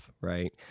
right